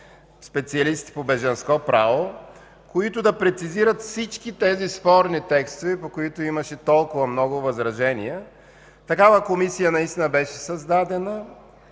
специалисти по бежанско право, които да прецизират всички спорни текстове, по които имаше толкова много възражения. Такава Комисия беше създадена